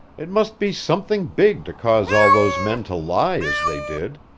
it must be something big to cause all those men to lie as they did.